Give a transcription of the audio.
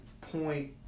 point